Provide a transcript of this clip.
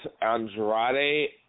Andrade